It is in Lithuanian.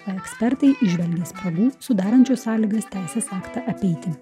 o ekspertai įžvelgia spragų sudarančių sąlygas teisės aktą apeiti